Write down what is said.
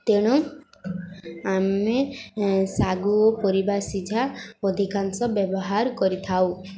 ତେଣୁ ଆମେ ଶାଗୁ ପରିବା ସିଝା ଅଧିକାଂଶ ବ୍ୟବହାର କରିଥାଉ